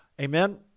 Amen